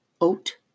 oat